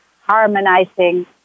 harmonizing